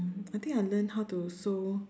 I think I learnt how to sew